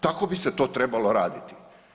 Tako bi se to trebalo raditi.